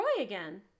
again